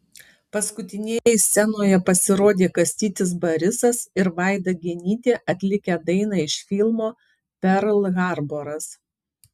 paskutinieji scenoje pasirodė kastytis barisas ir vaida genytė atlikę dainą iš filmo perl harboras